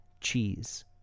cheese